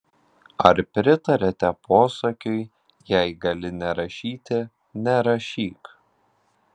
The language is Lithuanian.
ar pritariate posakiui jei gali nerašyti nerašyk